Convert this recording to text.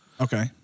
Okay